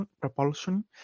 propulsion